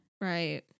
right